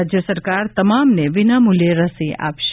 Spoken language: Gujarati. રાજ્ય સરકાર તમામને વિનામૂલ્યે રસી આપશે